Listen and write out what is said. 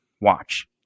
watch